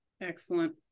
Excellent